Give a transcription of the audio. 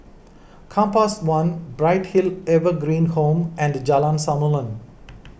Compass one Bright Hill Evergreen Home and Jalan Samulun